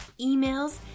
emails